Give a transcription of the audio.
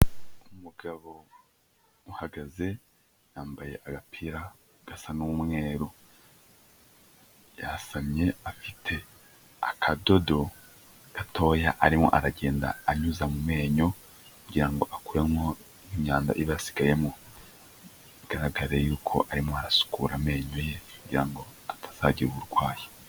Umugabo uhagaze, yambaye agapira gasa n'umweru. Yasamye afite akadodo gatoya arimo aragenda anyuza mu menyo kugira ngo akuremo nk'imyanda iba yasigayemo. Bigaragare yuko arimo asukura amenyo ye kugira ngo atazagira uburwayi.